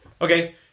Okay